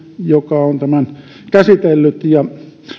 joka on tämän käsitellyt ja